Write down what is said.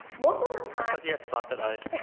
most of the time, because you have slanted eyes,